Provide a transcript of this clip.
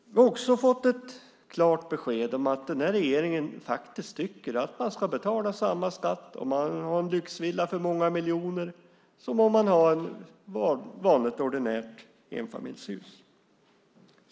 Vi har också fått klart besked om att regeringen tycker att man ska betala samma skatt om man har en lyxvilla för många miljoner som om man har ett vanligt ordinärt enfamiljshus.